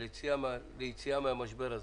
ליציאה מהמשבר הזה.